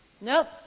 nope